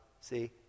see